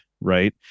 right